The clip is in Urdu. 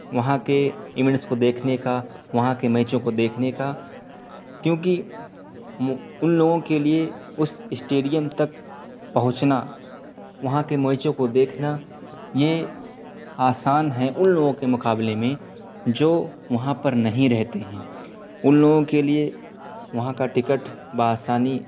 وہاں کے ایونٹس کو دیکھنے کا وہاں کے میچوں کو دیکھنے کا کیوںکہ ان لوگوں کے لیے اس اسٹیڈیم تک پہنچنا وہاں کے میچوں کو دیکھنا یہ آسان ہے ان لوگوں کے مقابلے میں جو وہاں پر نہیں رہتے ہیں ان لوگوں کے لیے وہاں کا ٹکٹ بآسانی